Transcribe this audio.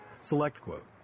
SelectQuote